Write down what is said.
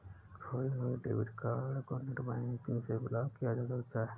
खोये हुए debit card को नेटबैंकिंग से ब्लॉक किया जा सकता है